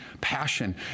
passion